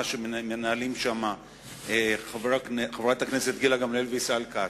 שמנהלים שם חברת הכנסת גילה גמליאל וישראל כץ.